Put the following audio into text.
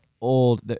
old